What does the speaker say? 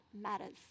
matters